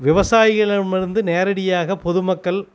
விவசாயிகளிடமிருந்து நேரடியாக பொதுமக்கள்